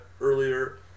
earlier